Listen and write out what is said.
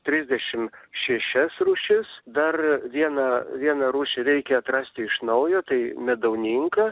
trisdešimt šešias rūšis dar vieną vieną rūšį reikia atrasti iš naujo tai medauninką